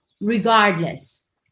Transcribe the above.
regardless